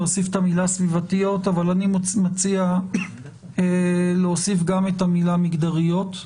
להוסיף את המילה "סביבתיות" אבל אני גם מציע להוסיף את המילה "מגדריות",